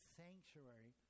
sanctuary